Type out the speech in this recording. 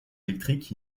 électrique